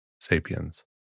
sapiens